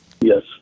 Yes